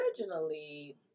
Originally